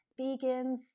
Vegans